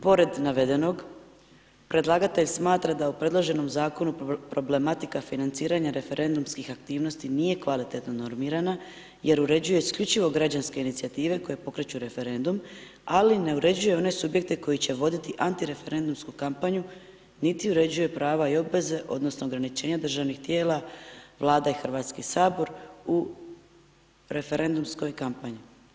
Pored navedenog, predlagatelj smatram da u predloženom zakonu problematika financiranja referendumskih aktivnosti nije kvalitetno normirana jer uređuje isključivo građanske inicijative koje pokreću referendum ali ne uređuje one subjekte koji će voditi antireferendumsku kampanju niti uređuje prava i obveze odnosno ograničenja državnih tijela Vlade i Hrvatski sabor u referendumskoj kampanji.